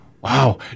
Wow